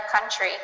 country